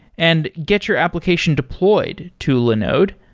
and get your application deployed to linode.